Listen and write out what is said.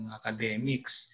academics